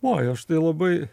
oi aš tai labai